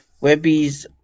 Webby's